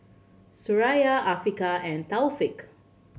Suraya Afiqah and Taufik